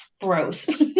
gross